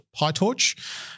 PyTorch